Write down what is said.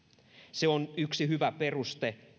se on yksi hyvä peruste